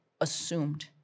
assumed